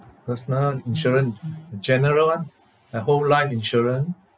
personal insurance general [one] like whole life insurance